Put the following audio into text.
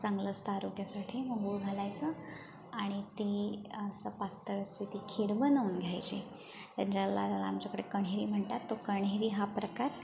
चांगल असतं आरोग्यासाठी मग गूळ घालायचं आणि ते असं पातळशी ती खीर बनवून घ्यायची ज्याला आमच्याकडे कण्हेरी म्हणतात तर कण्हेरी हा प्रकार